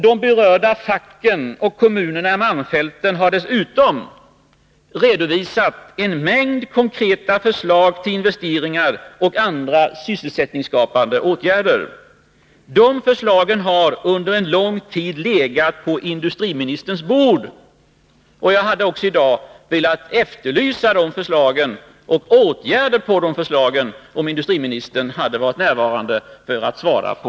De berörda facken och kommunerna i malmfälten har dessutom redovisat en mängd konkreta förslag till investeringar och andra sysselsättningsskapande åtgärder. De förslagen har under en lång tid legat på industriministerns bord. Jag hade i dag velat efterlysa åtgärder med anledning av de förslagen, om industriministern hade varit närvarande för att svara.